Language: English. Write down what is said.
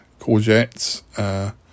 Courgettes